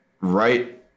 right